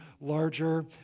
larger